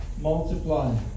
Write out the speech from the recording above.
multiply